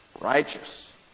righteous